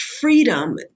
freedom